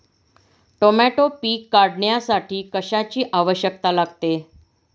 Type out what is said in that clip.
Tomato पीक काढण्यासाठी कशाची आवश्यकता लागते?